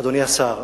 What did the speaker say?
אדוני השר,